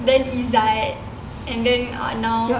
then izzat and then